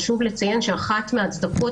חשוב לציין שאחת ההצדקות,